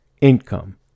income